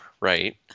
right